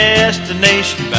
Destination